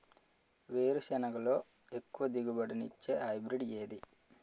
వేరుసెనగ లో ఎక్కువ దిగుబడి నీ ఇచ్చే హైబ్రిడ్ ఏది?